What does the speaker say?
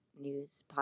News